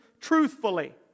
truthfully